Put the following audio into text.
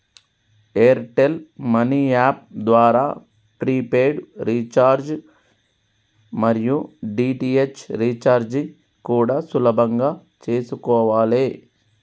air tell money app ద్వారా prepaid recharge మరియు DTH recharge కూడా సులభంగా చేసుకోవాలే